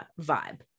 vibe